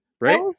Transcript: right